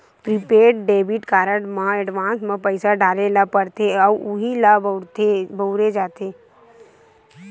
prepaid debit card म advance म पइसा डारे ल परथे अउ उहीं ल बउरे जाथे